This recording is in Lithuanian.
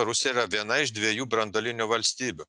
rusija yra viena iš dviejų branduolinių valstybių